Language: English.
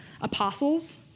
apostles